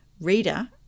reader